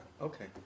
Okay